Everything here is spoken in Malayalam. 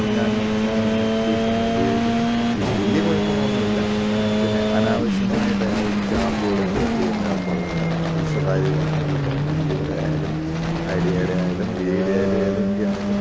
ഞാനും അങ്ങനെ തന്നെ ബി എസ് എന്നെല്ലുപയോഗിക്കുന്നു വലിയ കുഴപ്പങ്ങളൊന്നുമില്ല പിന്നെ അനാവശ്യമായിട്ടതിനകത്തൊന്നും ചാർജുകളൊന്നും കട്ട്യ്യുന്ന ഏർപ്പാടുകളൊന്നുമില്ല ബാക്കി ഈ സ്വകാര്യ കമ്പനികൾ ഈ പറഞ്ഞ ജിയോടെ ആയാലും ഐഡിയേടെ ആയാലും വി ഐടെയായാലും ഏതൊക്കെ ആണേലും